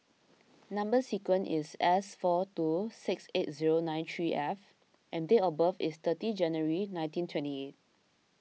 Number Sequence is S four two six eight zero nine three F and date of birth is thirty January nineteen twenty eight